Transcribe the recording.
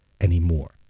anymore